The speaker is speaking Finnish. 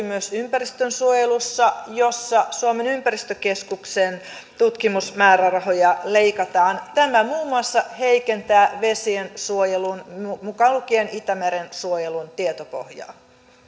myös ympäristönsuojelussa jossa suomen ympäristökeskuksen tutkimusmäärärahoja leikataan tämä muun muassa heikentää vesiensuojelun mukaan lukien itämeren suojelun tietopohjaa ja vielä